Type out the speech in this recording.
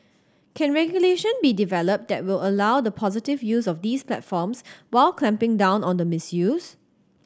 can regulation be developed that will allow the positive use of these platforms while clamping down on the misuse